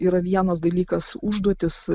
yra vienas dalykas užduotys